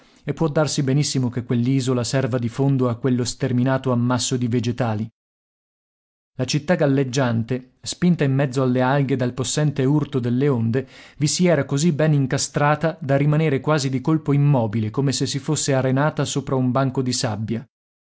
e può darsi benissimo che quell'isola serva di fondo a quello sterminato ammasso di vegetali la città galleggiante spinta in mezzo alle alghe dal possente urto delle onde vi si era così ben incastrata da rimanere quasi di colpo immobile come se si fosse arenata sopra un banco di sabbia